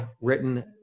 written